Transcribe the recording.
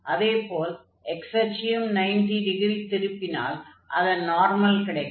அதே போல் x அச்சையும் 90 டிகிரி திருப்பினால் அதன் நார்மல் கிடைக்கும்